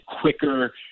quicker